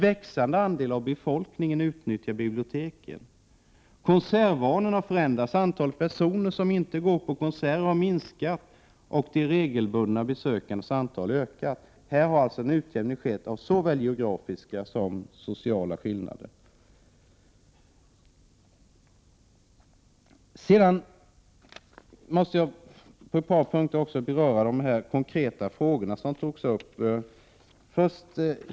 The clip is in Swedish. Konsertvanorna har ändrats. Antalet personer som inte går på konserter har minskat och de regelbundna besökarnas antal har ökat. Här har en utjämning skett av såväl geografiska som sociala skillnader. Sedan måste jag på ett par punkter också beröra de konkreta frågor som togs upp.